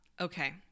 okay